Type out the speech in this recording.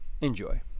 Enjoy